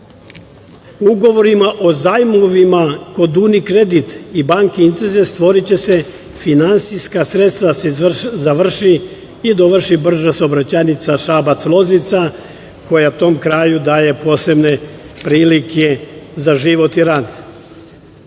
Srbiji. Ugovorima o zajmovima kod Unikredit i banke Inteza, stvoriće se finansijska sredstva da se završi i dovrši brza saobraćajnica Šabac-Loznica koja tom kraju daje posebne prilike za život i rad. Na